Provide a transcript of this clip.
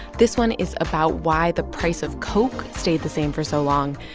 this one is about why the price of coke stayed the same for so long,